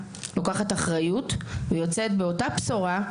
לוקחת אחריות ויוצאת באותה בשורה,